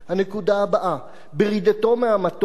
הנקודה הבאה, בירידתו מהמטוס,